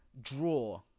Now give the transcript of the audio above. draw